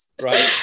Right